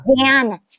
Dan